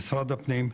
ממשרד הפנים לאשר,